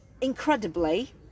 Incredibly